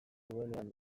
duenean